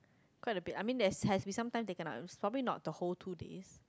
quite a bit I mean there's has be sometime they cannot probably not the whole two days